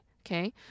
okay